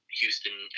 Houston